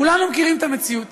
כולנו מכירים את המציאות.